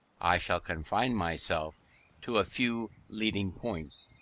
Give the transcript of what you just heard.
i shall confine myself to a few leading points,